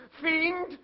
Fiend